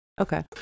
Okay